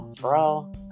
bro